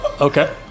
Okay